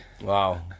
Wow